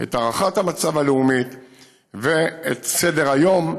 את הערכת המצב הלאומי ואת סדר-היום.